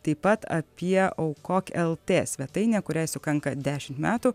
taip pat apie aukok lt svetainę kuriai sukanka dešim metų